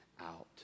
out